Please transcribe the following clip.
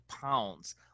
pounds